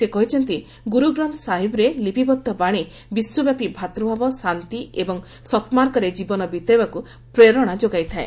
ସେ କହିଛନ୍ତି ଗୁରୁ ଗ୍ରନ୍ଥ ସାହିବରେ ଲିପିବଦ୍ଧ ବାଣୀ ବିଶ୍ୱବ୍ୟାପୀ ଭ୍ରାତୃଭାବ ଶାନ୍ତି ଏବଂ ସତ୍ମାର୍ଗରେ ଜୀବନ ବିତାଇବାକୁ ପ୍ରେରଣା ଯୋଗାଇଥାଏ